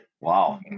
Wow